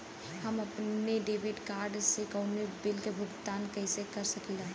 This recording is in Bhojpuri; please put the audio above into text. हम अपने डेबिट कार्ड से कउनो बिल के भुगतान कइसे कर सकीला?